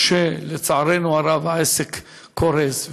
או לצערנו הרב העסק קורס,